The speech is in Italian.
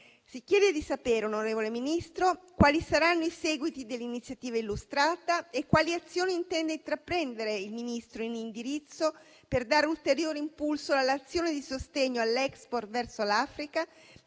Si chiede di sapere, onorevole Ministro, quali saranno i seguiti dell'iniziativa illustrata e quali azioni intende intraprendere il Ministro in indirizzo per dare ulteriore impulso all'azione di sostegno all'*export* verso l'Africa